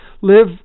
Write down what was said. live